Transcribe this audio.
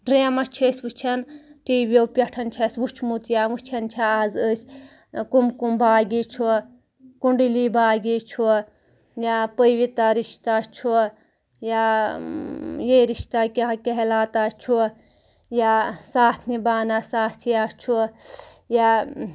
dreams چھِ أسۍ وٕچھان ٹی وِیو پیٚٹھ چھُ اَسہِ وُچھمُت یا وٕچھان چھِ آز أسۍ کُم کُم بھاگے چھُ کُنڈلی بھاگے چھُ یا پٔوترا رشتا چھُ یا یہ رشتا کیاہ کہلاتا ہے چھُ یا ساتھ نبانا ساتھیا چھُ یا